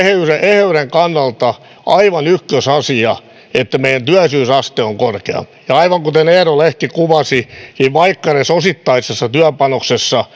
eheyden kannalta aivan ykkösasia että meidän työllisyysasteemme on korkea ja aivan kuten eero lehti kuvasi niin vaikka edes osittaisessa työpanoksessa